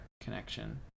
connection